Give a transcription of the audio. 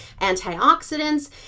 antioxidants